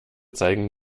zeigen